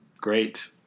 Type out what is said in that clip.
great